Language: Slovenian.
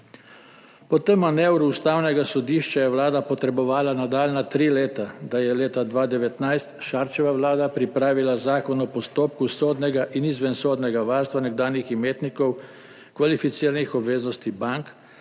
Po tem manevru Ustavnega sodišča je Vlada potrebovala nadaljnja tri leta, da je leta 2019 Šarčeva vlada pripravila Zakon o postopku sodnega in izvensodnega varstva nekdanjih imetnikov kvalificiranih obveznosti bank,